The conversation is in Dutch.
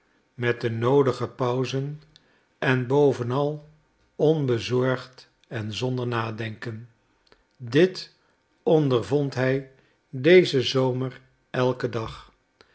met de noodige pauzen en bovenal onbezorgd en zonder nadenken dit ondervond hij dezen zomer elken dag